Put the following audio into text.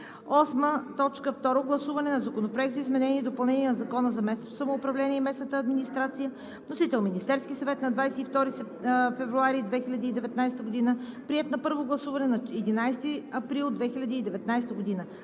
Второ гласуване на Законопроекта за изменение и допълнение на Закона за местното самоуправление и местната администрация. Вносител – Министерският съвет на 22 февруари 2019 г. Приет на първо гласуване на 11 април 2019 г.